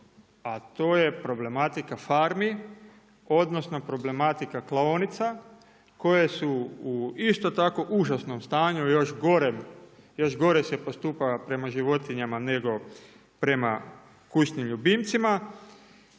a to je problematika farmi, odnosno problematika klaonica koje su u isto tako užasnom stanju još gorem, još gore se postupa prema životinjama nego prema kućnim ljubimcima